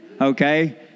Okay